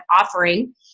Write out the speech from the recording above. offering